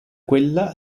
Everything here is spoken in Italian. quella